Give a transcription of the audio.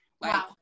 Wow